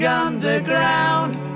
underground